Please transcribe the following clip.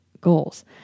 goals